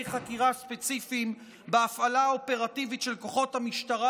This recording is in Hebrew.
חקירה ספציפיים בהפעלה האופרטיבית של כוחות המשטרה